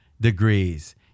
degrees